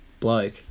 bloke